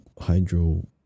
hydro